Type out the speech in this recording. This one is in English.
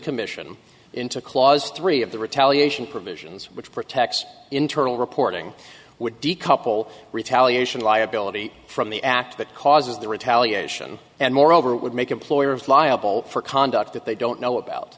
commission into clause three of the retaliation provisions which protects internal reporting would decouple retaliation liability from the act that causes the retaliation and moreover would make employers liable for conduct that they don't know about